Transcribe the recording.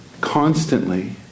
Constantly